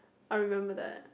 I remember that